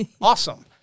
Awesome